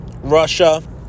Russia